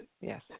yes